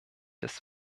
des